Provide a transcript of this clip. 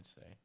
say